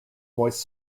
moist